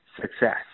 success